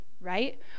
right